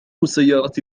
السيارة